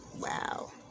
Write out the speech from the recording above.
Wow